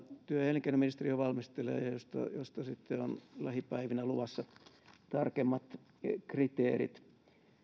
työ ja elinkeinoministeriö valmistelee ja josta sitten on lähipäivinä luvassa tarkemmat kriteerit